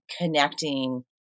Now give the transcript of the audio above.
connecting